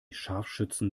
scharfschützen